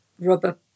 rubber